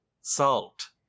salt